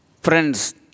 Friends